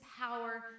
power